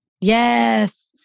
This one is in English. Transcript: Yes